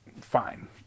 fine